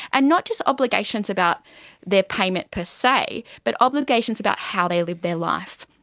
and not just obligations about their payment per se, but obligations about how they live their life.